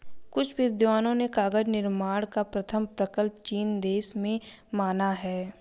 कुछ विद्वानों ने कागज निर्माण का प्रथम प्रकल्प चीन देश में माना है